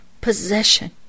Possession